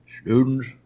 students